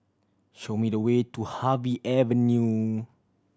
show me the way to Harvey Avenue